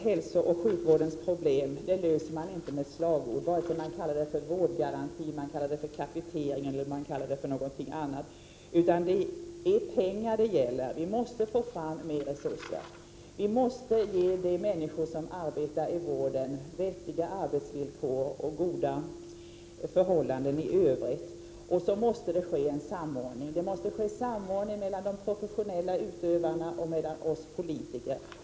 Hälsooch sjukvårdens problem löser man inte med slagord, vare sig man talar om vårdgaranti, kapitering eller någonting annat. Det är pengar det gäller. Vi måste få fram mer resurser. Vi måste ge de människor som arbetar i vården vettiga arbetsvillkor och goda förhållanden i övrigt. Och så måste det ske en samordning - samordning mellan de professionella utövarna och mellan oss politiker.